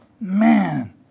Man